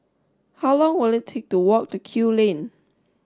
how long will it take to walk to Kew Lane